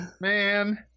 Man